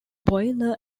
boiler